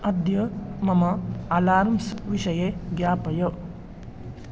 अद्य मम अलार्म्स् विषये ज्ञापय